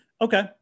Okay